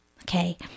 okay